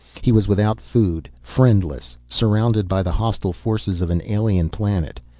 he was without food, friendless, surrounded by the hostile forces of an alien planet.